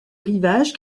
rivage